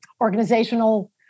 organizational